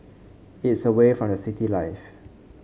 it's away from the city life